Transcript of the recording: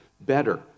better